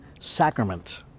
sacrament